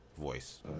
voice